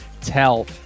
tell